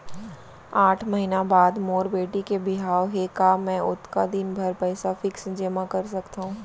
आठ महीना बाद मोर बेटी के बिहाव हे का मैं ओतका दिन भर पइसा फिक्स जेमा कर सकथव?